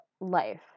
life